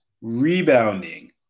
rebounding